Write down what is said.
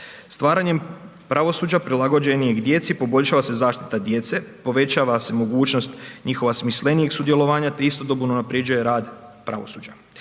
Stvaranjem pravosuđa, prilagođen je i djeci, poboljšava se i zaštita djece, povećava se mogućnost njihova smislenijeg sudjelovanja te istodobno unaprjeđuje rad pravosuđa.